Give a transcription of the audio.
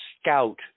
scout